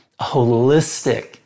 holistic